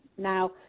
Now